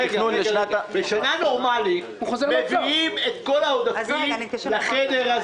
אנחנו נשווה את התנאים של תלמידי הישיבות לתנאים של הסטודנטים,